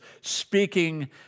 speaking